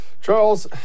Charles